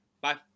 Bye